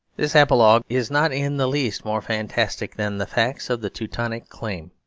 this apologue is not in the least more fantastic than the facts of the teutonic claim.